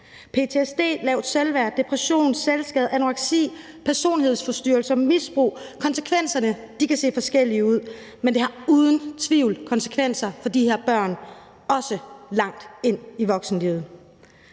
Ptsd, lavt selvværd, depression, selvskade, anoreksi, personlighedsforstyrrelser, misbrug – konsekvenserne kan se forskellige ud, men det har uden tvivl konsekvenser for de her børn, også langt ind i voksenlivet.